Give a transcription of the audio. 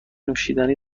نوشیدنی